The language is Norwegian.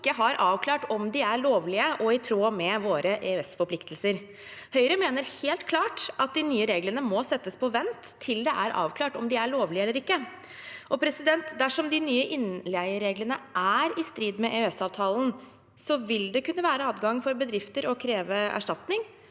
har avklart om de er lovlige og i tråd med våre EØS-forpliktelser. Høyre mener helt klart at de nye reglene må settes på vent til det er avklart om de er lovlige eller ikke. Dersom de nye innleiereglene er i strid med EØS-avtalen, vil det kunne være adgang for bedrifter til å kreve erstatning